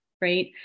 right